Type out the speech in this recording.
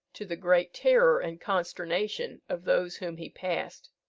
to the great terror and consternation of those whom he passed.